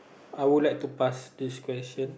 I would like to pass this question